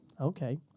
Okay